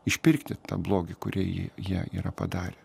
išpirkti tą blogį kurį ji jie yra padarę